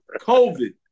COVID